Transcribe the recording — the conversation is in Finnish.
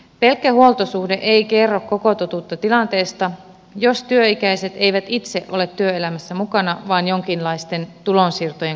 pelkkä huoltosuhde ei kerro koko totuutta tilanteesta jos työikäiset eivät itse ole työelämässä mukana vaan jonkinlaisten tulonsiirtojen kohteena